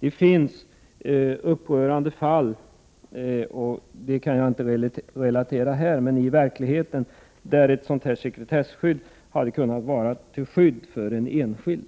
Det har förekommit upprörande fall— jag kan inte relatera dem här — där ett sådant sekretesskydd hade kunnat vara till hjälp för en enskild